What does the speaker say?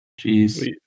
jeez